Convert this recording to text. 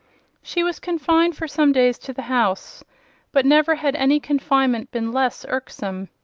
she was confined for some days to the house but never had any confinement been less irksome.